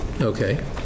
okay